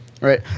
right